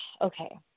okay